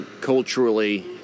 culturally